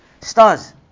stars